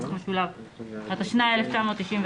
התשנ"ה-1995,